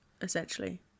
essentially